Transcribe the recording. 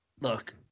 look